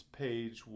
page